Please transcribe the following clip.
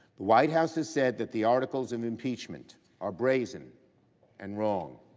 the white house has said that the articles of impeachment are brazen and wrong.